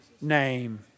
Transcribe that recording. name